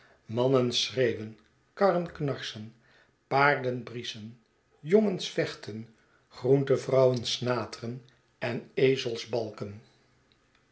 mannen schreeuwen karren knarsen paarden brieschen jongens vechten groentevrouwen snateren en